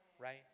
Right